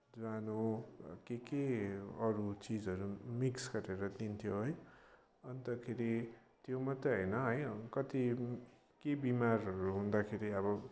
ज्वानो के के अरू चिजहरू मिक्स गरेर दिन्थ्यो है अनि त खेरि त्यो मात्रै होइन है कति के बिमारहरू हुँदाखेरि अब